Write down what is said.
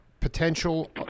Potential